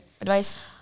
advice